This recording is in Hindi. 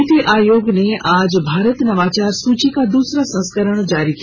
नीति आयोग ने आज भारत नवाचार सूची का दूसरा संस्करण जारी किया